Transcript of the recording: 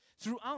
Throughout